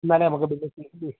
ഇന്നു തന്നെ നമുക്ക് ബില്ല്